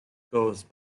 goes